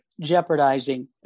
jeopardizing